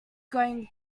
going